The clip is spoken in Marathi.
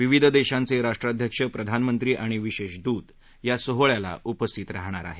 विविध देशांचे राष्ट्राध्यक्ष प्रधानमंत्री आणि विशेष दूत या सोहळ्याला उपस्थित राहणार आहेत